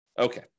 Okay